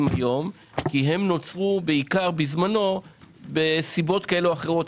היום כי הם נוצרו בעיקר בזמנו מסיבות כאלה ואחרות,